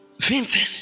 vincent